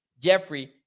Jeffrey